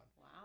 Wow